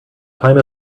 time